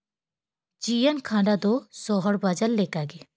ᱡᱤᱭᱚᱱ ᱠᱷᱟᱸᱰᱟ ᱫᱚ ᱥᱚᱦᱚᱨ ᱵᱟᱡᱟᱨ ᱞᱮᱠᱟᱜᱮ